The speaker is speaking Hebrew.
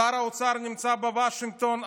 שר האוצר נמצא בוושינגטון,